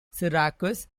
syracuse